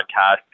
podcast